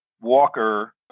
Walker